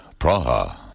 Praha